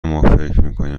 مافکرمیکنیم